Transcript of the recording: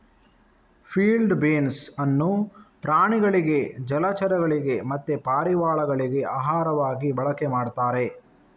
field beans ಅನ್ನು ಪ್ರಾಣಿಗಳಿಗೆ ಜಲಚರಗಳಿಗೆ ಮತ್ತೆ ಪಾರಿವಾಳಗಳಿಗೆ ಆಹಾರವಾಗಿ ಬಳಕೆ ಮಾಡ್ತಾರೆ